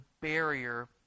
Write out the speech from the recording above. barrier